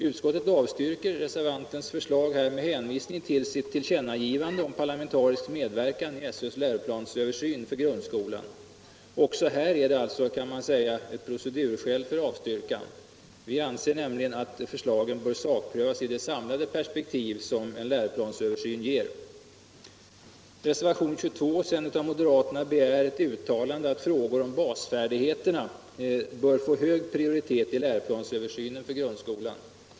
Utskottet avstyrker reservantens förslag med hänvisning till sitt tillkännagivande om parlamentarisk medverkan i SÖ:s läroplansöversyn för grundskolan. Också här är det alltså procedurskäl för avstyrkan. Vi anser nämligen att förslagen bör sakprövas i det samlade perspektiv som en läroplansöversyn ger. Reservationen 22 av moderaterna begär ett uttalande att frågor om basfärdigheterna bör få hög prioritet i läroplansöversynen för grundskolan.